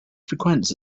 frequents